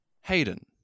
Hayden